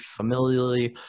familially